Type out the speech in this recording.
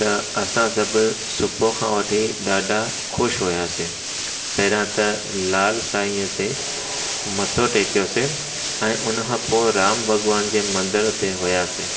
त असां सभ सुबुह खां वठी ॾाढा ख़ुशि हुआसीं पहिरियां त लाल साईंअ ते मथो टेकियोसीं ऐं हुनखां पोइ राम भॻवान जे मंदिर ते वियासीं